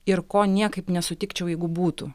ir ko niekaip nesutikčiau jeigu būtų